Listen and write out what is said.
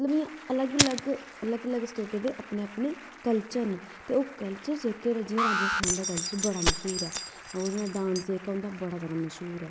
ते अलग अलग स्टेटें दे अपने अपने कल्चर न ते कल्चर जेह्के जियां राजस्थान दा कल्चर जेह्का बड़ा मशहूर ऐ जियां डांस जेह्का उंदा बड़ा जादा मशहूर ऐ